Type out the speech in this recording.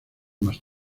más